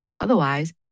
Otherwise